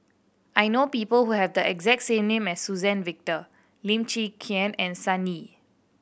I know people who have the exact name as Suzann Victor Lim Chwee Chian and Sun Yee